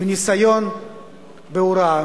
עם ניסיון בהוראה,